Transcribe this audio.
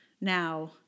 now